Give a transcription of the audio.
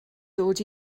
dod